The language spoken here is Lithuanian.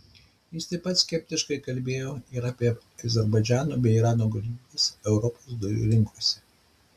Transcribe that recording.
jis taip pat skeptiškai kalbėjo ir apie azerbaidžano bei irano galimybes europos dujų rinkose